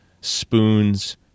spoons